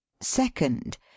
Second